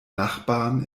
nachbarn